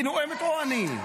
היא נואמת או אני?